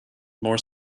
more